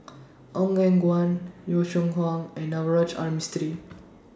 Ong Eng Guan Yong Shu Hoong and Navroji R Mistri